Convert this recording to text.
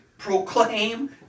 Proclaim